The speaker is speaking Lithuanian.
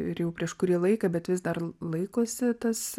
ir jau prieš kurį laiką bet vis dar laikosi tas